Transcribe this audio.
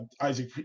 isaac